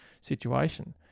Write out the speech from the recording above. situation